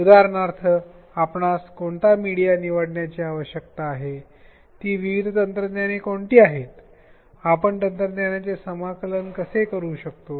उदाहरणार्थ आपणास कोणता मीडिया निवडण्याची आवश्यकता आहे ती विविध तंत्रज्ञान कोणती आहेत आपण या तंत्रज्ञानाचे समाकलन कसे करू शकतो